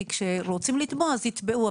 כי כשרוצים לתבוע יתבעו,